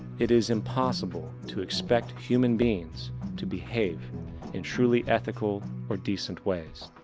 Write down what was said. it is impossible to expect human beings to behave in truly ethical or decent ways.